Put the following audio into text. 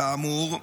כאמור,